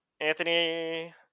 Anthony